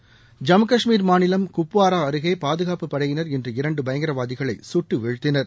ஐம்கு கஷ்மீர் மாநிலம் குப்வரா அருகே பாதுகாப்புப் படையினர் இன்று இரண்டு பயங்கரவாதிகளை சுட்டு வீழ்த்தினர்